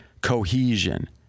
cohesion